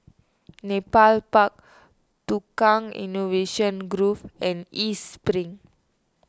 Nepal Park Tukang Innovation Grove and East Spring